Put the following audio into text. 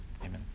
amen